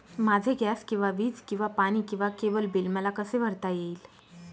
माझे गॅस किंवा वीज किंवा पाणी किंवा केबल बिल मला कसे भरता येईल?